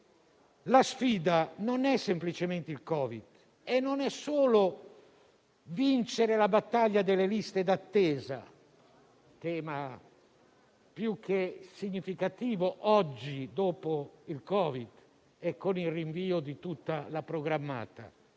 bene - non è semplicemente il Covid e non è solo vincere la battaglia delle liste d'attesa, benché sia un tema più che significativo oggi, dopo il Covid e con il rinvio di tutte le prestazioni